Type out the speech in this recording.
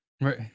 right